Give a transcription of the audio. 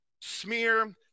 smear